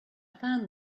found